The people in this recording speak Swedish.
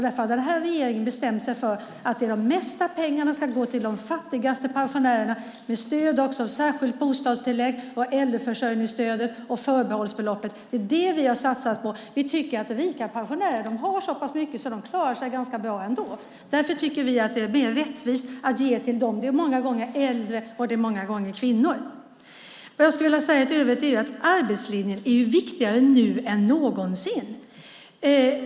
Därför har den här regeringen bestämt sig för att de mesta pengarna ska gå till de fattigaste pensionärerna och också stöd i form av ett särskilt bostadstillägg, äldreförsörjningsstödet och förbehållsbeloppet. Det är det som vi har satsat på. Vi tycker att rika pensionärer har så pass mycket att de klarar sig ganska bra ändå. Därför tycker vi att det är mer rättvist att ge till de fattigaste som många gånger är äldre och kvinnor. I övrigt vill jag säga att arbetslinjen är viktigare nu än någonsin.